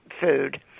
food